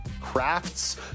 Crafts